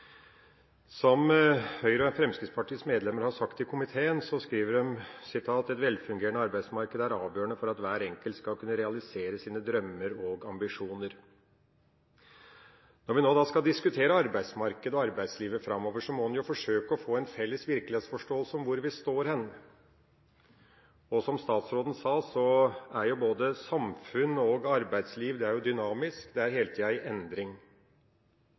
Som Høyre og Fremskrittspartiets medlemmer har sagt i komiteen, og de skriver også i innstillinga: «Et velfungerende arbeidsmarked er avgjørende for at hver enkelt skal realisere sine drømmer og ambisjoner Når vi nå skal diskutere arbeidsmarked og arbeidslivet framover, må en jo forsøke å få en felles virkelighetsforståelse av hvor vi står hen. Og som statsråden sa, er jo både samfunn og arbeidsliv dynamisk, det er hele tida i endring. Da er